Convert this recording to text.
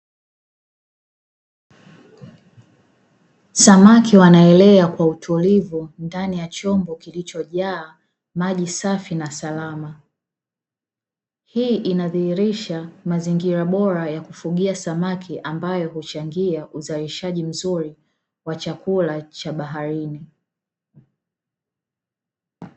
Samaki wanaelea kwa utulivu ndani ya chombo kilichojaa maji safi na salama. Hii inadhihirisha mazingira bora ya kufugia samaki ambayo huchangia uzalishaji mzuri wa chakula cha baharini.